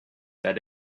that